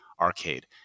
arcade